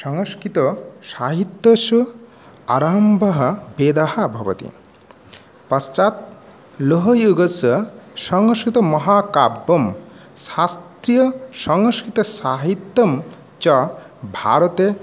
संस्कृतसाहित्यस्य आरम्भः वेदाः भवति पश्चात् लोहयुगस्य संस्कृतमहाकाव्यं शास्त्रीयसंस्कृतसाहित्यं च भारते